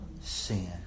sin